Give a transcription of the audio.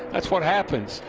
that's what happens.